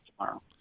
tomorrow